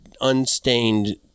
unstained